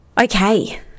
okay